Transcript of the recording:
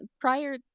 prior